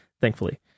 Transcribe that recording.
thankfully